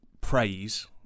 praise